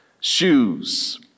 Shoes